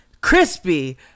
crispy